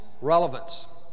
relevance